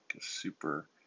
super